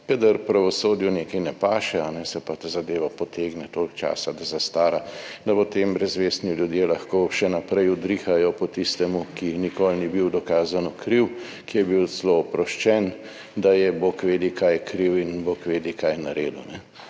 Kadar pravosodju nekaj ne paše, se ta zadeva potegne toliko časa, da zastara, da potem brezvestni ljudje lahko še naprej udrihajo po tistemu, ki nikoli ni bil dokazano kriv, ki je bil celo oproščen, da je bog vedi kaj kriv in bog vedi kaj naredil.